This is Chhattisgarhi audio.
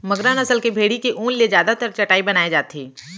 मगरा नसल के भेड़ी के ऊन ले जादातर चटाई बनाए जाथे